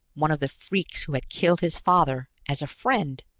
one of the freaks who had killed his father, as a friend!